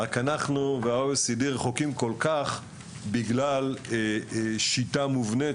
רק שאנחנו וה-OECD רחוקים כל כך בגלל שיטה מובנית,